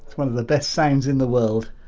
one of the best sounds in the world